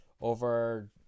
over